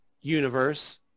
Universe